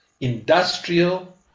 industrial